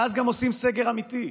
ואז גם עושים סגר אמיתי,